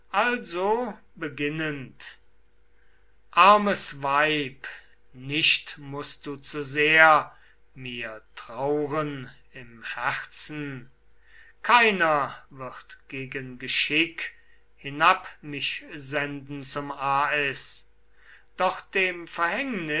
inniger wehmut armes weib nicht mußt du zu sehr mir trauren im herzen keiner wird gegen geschick hinab mich senden zum as doch dem